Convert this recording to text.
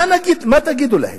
מה תגידו להם?